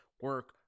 Work